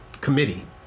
committee